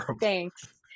thanks